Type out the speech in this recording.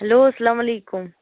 hello اسلام علیکُم